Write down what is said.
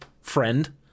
friend